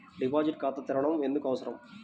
Deposit ఖాతా తెరవడం ఎందుకు అవసరం?